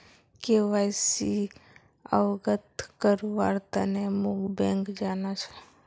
KYC अवगत करव्वार तने मोक बैंक जाना छ